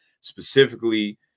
specifically